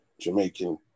Jamaican